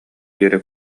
диэри